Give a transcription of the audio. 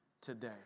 today